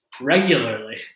Regularly